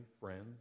friends